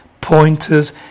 pointers